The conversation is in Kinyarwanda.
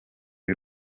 y’u